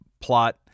plot